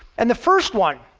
and the first one,